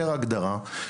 פר הגדרה,